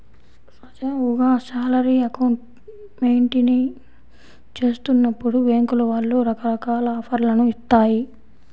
సజావుగా salary account maintain చేస్తున్నప్పుడు బ్యేంకుల వాళ్ళు రకరకాల ఆఫర్లను ఇత్తాయి